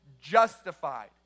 justified